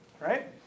right